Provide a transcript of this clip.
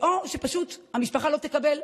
על פי נתוני צה"ל שהתעדכנו אתמול בצוהריים,